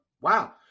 Wow